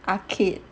arcade